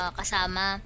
kasama